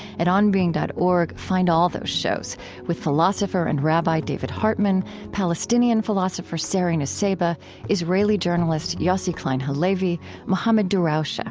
at onbeing dot org, find all those shows with philosopher and rabbi david hartman palestinian philosopher sari nusseibeh israeli journalist yossi klein halevi mohammad darawshe, ah